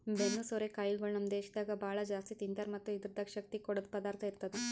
ಬೆನ್ನು ಸೋರೆ ಕಾಯಿಗೊಳ್ ನಮ್ ದೇಶದಾಗ್ ಭಾಳ ಜಾಸ್ತಿ ತಿಂತಾರ್ ಮತ್ತ್ ಇದುರ್ದಾಗ್ ಶಕ್ತಿ ಕೊಡದ್ ಪದಾರ್ಥ ಇರ್ತದ